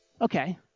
okay